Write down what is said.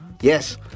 Yes